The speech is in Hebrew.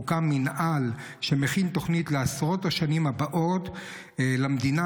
הוקם מינהל שמכין תוכנית לעשרות השנים הבאות למדינה,